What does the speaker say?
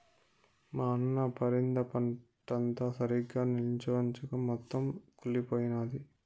మా అన్న పరింద పంటంతా సరిగ్గా నిల్చొంచక మొత్తం కుళ్లిపోయినాది